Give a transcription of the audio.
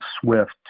SWIFT